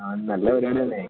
ആ നല്ല വരുമാനം അല്ലേ